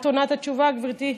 את נותנת את התשובה, גברתי?